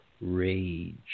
rage